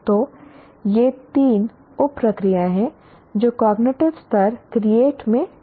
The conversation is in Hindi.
तो ये तीन उप प्रक्रियाएं हैं जो कॉग्निटिव स्तर क्रिएट में शामिल हैं